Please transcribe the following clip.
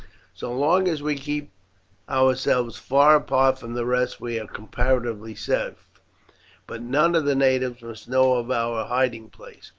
so long as we keep ourselves far apart from the rest we are comparatively safe but none of the natives must know of our hiding place.